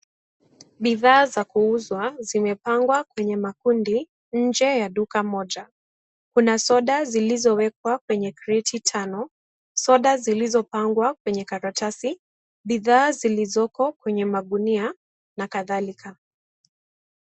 Bidhaa za kuuzwa zimepangwa kwenye makundi nje ya duka moja, kuna sda zilizowekwa kwenye friji tano, soda zilizopangwa kwenye karatasi, bidhaa zilizoko kwenye magunia na kadhalika.